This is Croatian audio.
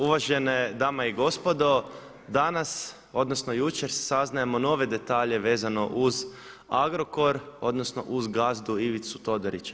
Uvažene dame i gospodo, danas odnosno jučer saznajemo nove detalje vezane uz Agrokor, odnosno uz gazdu Ivicu Todorića.